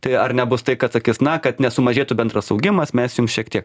tai ar nebus tai kad sakys na kad nesumažėtų bendras augimas mes jums šiek tiek